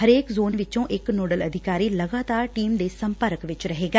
ਹਰੇਕ ਜੋਨ ਵਿਚੋਂ ਇਕ ਨੋਡਲ ਅਧਿਕਾਰੀ ਲਗਾਤਾਰ ਟੀਮ ਦੇ ਸੰਪਰਕ ਚ ਰਹੇਗਾ